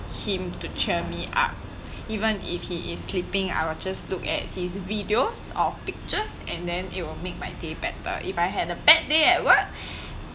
him to cheer me up even if he is sleeping I will just look at his videos or pictures and then it'll make my day better if I had bad day at work